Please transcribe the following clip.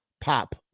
pop